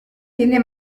tiene